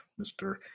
Mr